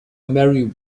mary